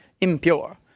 impure